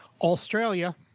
Australia